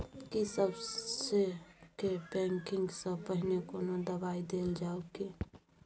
की सबसे के पैकिंग स पहिने कोनो दबाई देल जाव की?